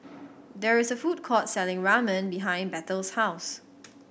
there is a food court selling Ramen behind Bethel's house